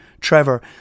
Trevor